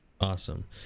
awesome